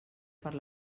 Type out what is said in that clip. per